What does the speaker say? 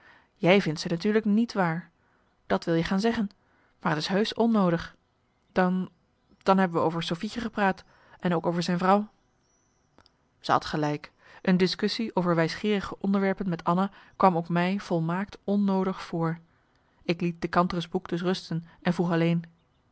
jij vindt ze natuurlijk niet waar dat wil je gaan zeggen maar t is heusch onnoodig dan dan hebben we over sofietje gepraat en ook over zijn vrouw ze had gelijk een discussie over wijsgeerige onderwerpen met anna kwam ook mij volmaakt onnoodig voor ik liet de kantere's boek dus rusten en vroeg alleen